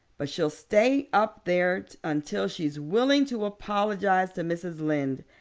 but she'll stay up there until she's willing to apologize to mrs. lynde,